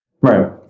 Right